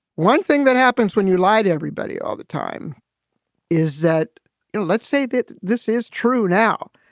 one thing that happens when you lie to everybody all the time is that let's say that this is true now,